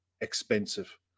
expensive